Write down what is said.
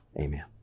amen